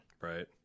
Right